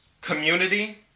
community